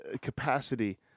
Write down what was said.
capacity